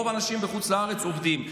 רוב האנשים בחוץ לארץ עובדים,